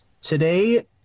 Today